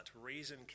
reason